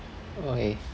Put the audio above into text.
okay